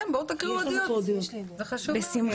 כן, תקריאו עדויות, זה חשוב מאוד.